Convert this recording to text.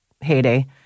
heyday